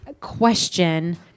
question